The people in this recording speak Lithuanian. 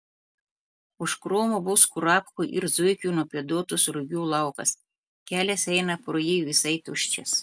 už krūmų bus kurapkų ir zuikių nupėduotas rugių laukas kelias eina pro jį visai tuščias